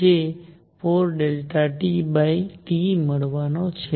જે 4TT મળવાનો છે